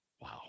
Wow